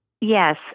Yes